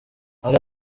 hari